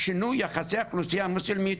שינוי האוכלוסייה המוסלמית,